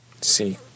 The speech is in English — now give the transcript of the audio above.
see